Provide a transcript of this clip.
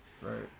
right